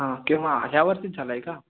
हां केव्हा ह्या वर्षीच झालं आहे का